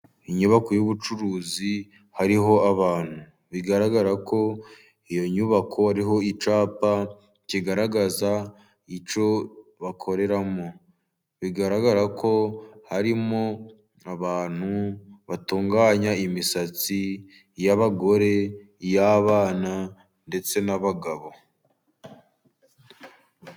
Inyubako y'ubucuruzi hariho abantu, bigaragara ko iyo nyubako iriho icyapa, kigaragaza icyo bakoreramo, bigaragara ko harimo abantu batunganya imisatsi y'abagore, iy'abana, ndetse n'abagabo.